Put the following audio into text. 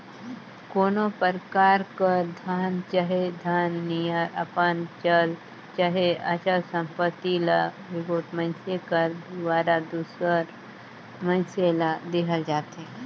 कोनो परकार कर धन चहे धन नियर अपन चल चहे अचल संपत्ति ल एगोट मइनसे कर दुवारा दूसर मइनसे ल देहल जाथे